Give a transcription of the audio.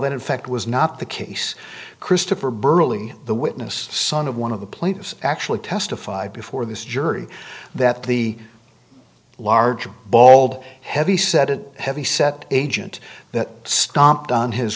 that in fact was not the case christopher burley the witness son of one of the plaintiffs actually testified before this jury that the large bald heavy set of heavy set agent that stomped on his